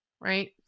right